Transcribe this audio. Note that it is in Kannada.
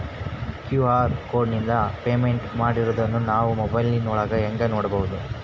ಕ್ಯೂ.ಆರ್ ಕೋಡಿಂದ ಪೇಮೆಂಟ್ ಮಾಡಿರೋದನ್ನ ನಾವು ಮೊಬೈಲಿನೊಳಗ ಹೆಂಗ ನೋಡಬಹುದು?